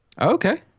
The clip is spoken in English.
okay